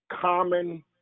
common